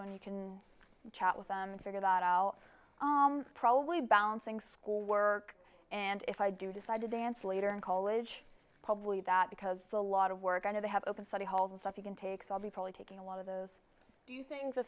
and you can chat with them figured out i'll probably balancing school work and if i do decide to dance later in college probably that because a lot of work i know they have open study hall the stuff you can take so i'll be probably taking a lot of those do things the